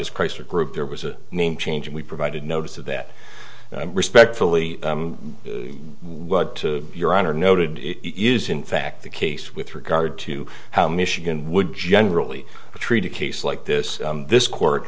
as chrysler group there was a name change and we provided notice of that respectfully what your honor noted is in fact the case with regard to how michigan would generally treat a case like this this court